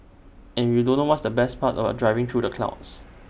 and you don't know what's the best part about driving through the clouds